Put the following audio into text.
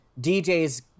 DJ's